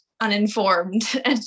Uninformed